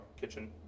Kitchen